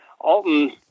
Alton